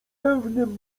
pewnym